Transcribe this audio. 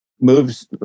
moves